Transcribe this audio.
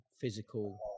physical